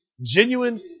Genuine